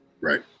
Right